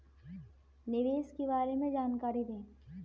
निवेश के बारे में जानकारी दें?